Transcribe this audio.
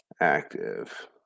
active